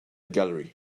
gallery